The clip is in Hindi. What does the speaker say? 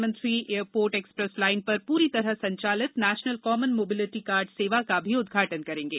प्रधानमंत्री एयरपोर्ट एक्सप्रेस लाइन पर पूरी तरह संचालित नेशनल कॉमन मोबिलिटी कार्ड सेवा का भी उदघाटन करेंगे